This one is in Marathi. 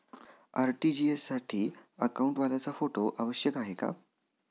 आर.टी.जी.एस साठी अकाउंटवाल्याचा फोटो आवश्यक आहे का?